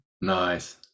Nice